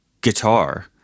guitar